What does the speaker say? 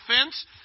offense